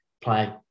play